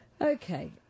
Okay